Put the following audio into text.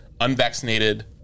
unvaccinated